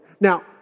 Now